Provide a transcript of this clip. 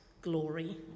glory